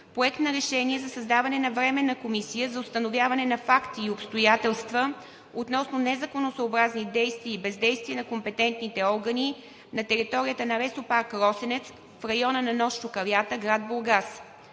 Проект на решение за създаване на Временна комисия за установяване на факти и обстоятелства относно незаконосъобразни действия и бездействия на компетентните органи на територията на Лесопарк „Росенец“, в района на нос Чукалята, град Бургас.